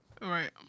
Right